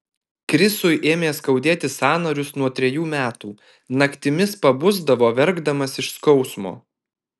krisui ėmė skaudėti sąnarius nuo trejų metų naktimis pabusdavo verkdamas iš skausmo